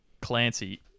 Clancy